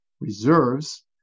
Reserves